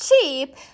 cheap